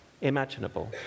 imaginable